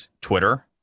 Twitter